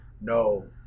No